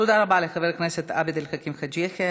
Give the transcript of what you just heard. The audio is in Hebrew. תודה רבה לחבר הכנסת עבד אל חכים חאג' יחיא.